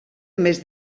més